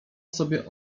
sobie